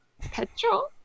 Petrol